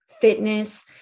fitness